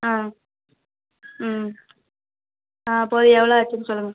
ஆ ம் ஆ போதும் எவ்வளோ ஆச்சுன்னு சொல்லுங்க